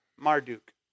Marduk